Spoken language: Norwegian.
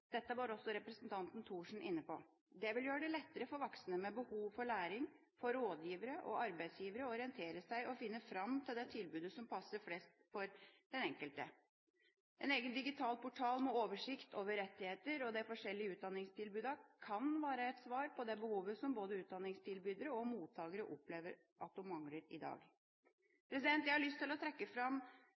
Dette var også representanten Thorsen inne på. Det vil gjøre det lettere for voksne med behov for læring, for rådgivere og arbeidsgivere å orientere seg og finne fram til det tilbudet som passer best for den enkelte. En egen digital portal med oversikt over rettigheter og de forskjellige utdanningstilbudene kan være et svar på det behovet som både utdanningstilbydere og mottakere opplever at de mangler i dag. Jeg har lyst til å trekke fram